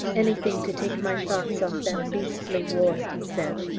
anything to take my thoughts off that beastly war! he said.